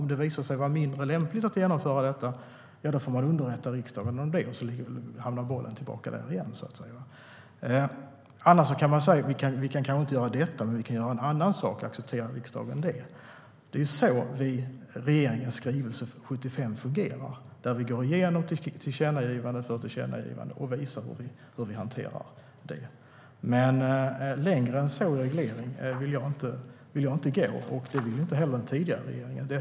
Om det visar sig vara mindre lämpligt får man underrätta riksdagen om detta, och då hamnar bollen hos den igen. Annars kan man säga: Vi kanske inte kan göra detta, men vi kan göra en annan sak. Accepterar riksdagen det? Det är så regeringens skrivelse 75 fungerar. Där går vi igenom tillkännagivande efter tillkännagivande och visar hur vi hanterar dem. Längre än så vill jag inte gå när det gäller reglering, och det ville inte den tidigare regeringen heller.